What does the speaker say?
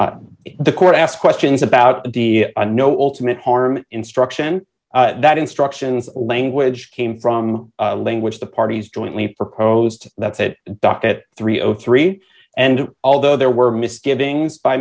of the court asked questions about the a no ultimate harm instruction that instructions language came from language the parties jointly proposed that that docket three o three and although there were misgivings by